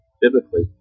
biblically